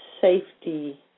safety